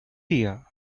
year